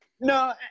no